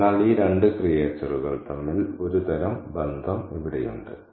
അതിനാൽ ഈ രണ്ട് ക്രിയേച്ചറുകൾ 'creatures തമ്മിൽ ഒരുതരം ബന്ധം ഇവിടെയുണ്ട്